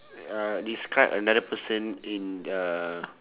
uh describe another person in the